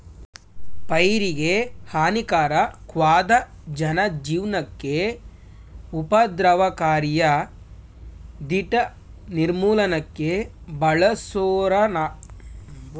ಪೈರಿಗೆಹಾನಿಕಾರಕ್ವಾದ ಜನಜೀವ್ನಕ್ಕೆ ಉಪದ್ರವಕಾರಿಯಾದ್ಕೀಟ ನಿರ್ಮೂಲನಕ್ಕೆ ಬಳಸೋರಾಸಾಯನಿಕಗಳಾಗಯ್ತೆ